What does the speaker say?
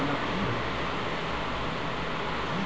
कहलगांव नगरपालिका अपनार काम ठीक ढंग स करवात असमर्थ छ